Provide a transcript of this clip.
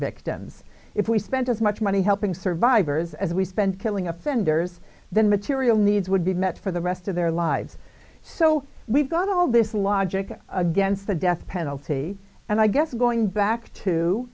victims if we spent as much money helping survivors as we spend killing offenders then material needs would be met for the rest of their lives so we've got all this logic against the death penalty and i guess going back to